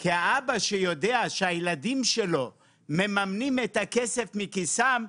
כי האבא שיודע שהילדים שלו מממנים את הכסף מכיסם,